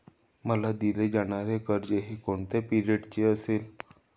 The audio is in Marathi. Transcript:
मला दिले जाणारे कर्ज हे कोणत्या पिरियडचे असेल?